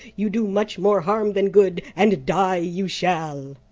you do much more harm than good, and die you shall.